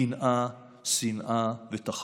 קנאה, שנאה ותחרות.